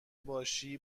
باشی